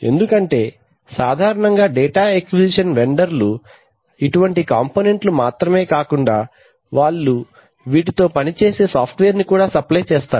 ఎందుకంటే సాధారణంగా data acquisition vendor లు ఇటువంటి కాంపోనెంట్లు మాత్రమే కాకుండా వాళ్ళు వీటితో పని చేసే సాఫ్ట్ వేర్ ని కూడా సప్లై చేస్తారు